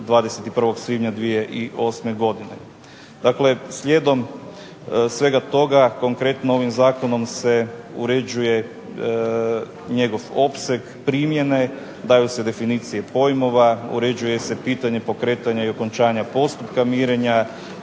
21. svibnja 2008. godine. Dakle slijedom svega toga, konkretno ovim zakonom se uređuje njegov opseg primjene, daju se definicije pojmova, uređuje se pitanje pokretanja, i okončanja postupka mirenja,